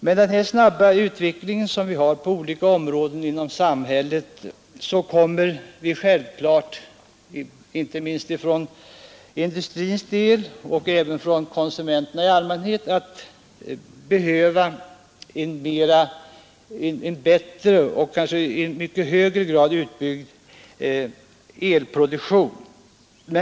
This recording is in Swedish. Med den snabba utveckling som sker på olika områden kommer inte minst industrin men även andra konsumenter att ställa ökade krav på en utbyggd elproduktion.